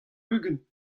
ugent